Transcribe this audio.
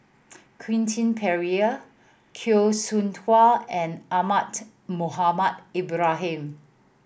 Quentin Pereira Teo Soon Tua and Ahmad Mohamed Ibrahim